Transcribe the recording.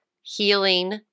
healing